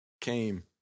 came